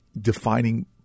defining